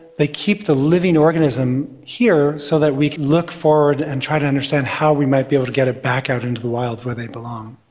they keep the living organism here so that we can look forward and try to understand how we might be able to get it back out into the wild where they belong.